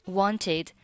wanted